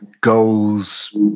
goals –